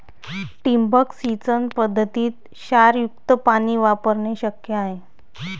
ठिबक सिंचन पद्धतीत क्षारयुक्त पाणी वापरणे शक्य आहे